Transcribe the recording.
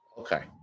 Okay